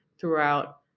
throughout